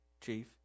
chief